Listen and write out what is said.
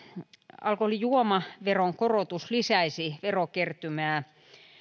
alkoholijuomaveron korotus lisäisi verokertymää